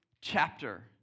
chapter